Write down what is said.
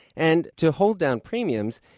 and to hold down premiums,